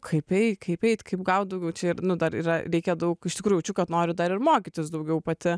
kaip ei kaip eiti kaip gaut daugiau čia ir nu dar yra reikia daug iš tikrų jaučiu kad noriu dar ir mokytis daugiau pati